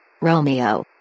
Romeo